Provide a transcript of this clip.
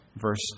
verse